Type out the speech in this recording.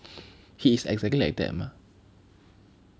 he is exactly like that mah